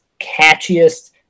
catchiest